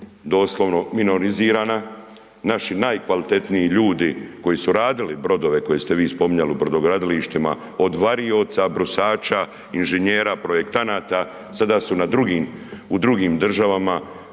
doslovno minorizirana, napi najkvalitetniji ljudi koji su radili brodove koje ste vi spominjali u brodogradilištima od varioca, brusača, inženjera, projektanata, sada su u drugim državama,